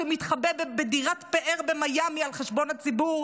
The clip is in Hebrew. שמתחבא בדירת פאר במיאמי על חשבון הציבור.